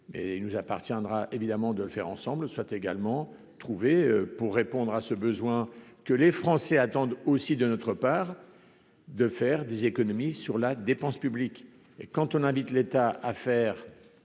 et il nous appartiendra évidemment de le faire ensemble, soit également trouvé pour répondre à ce besoin que les Français attendent aussi de notre part de faire des économies sur la dépense publique et quand on invite l'État à faire